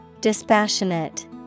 Dispassionate